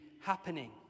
happening